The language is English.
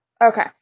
okay